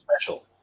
special